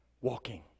walking